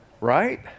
Right